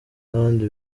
n’abandi